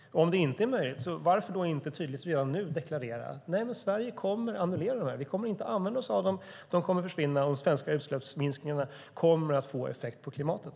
Om det inte är möjligt, varför inte redan nu tydligt deklarera att Sverige kommer att annullera dem, att vi inte kommer att använda oss av dem, att de kommer att försvinna och att de svenska utsläppsminskningarna kommer att få effekt för klimatet?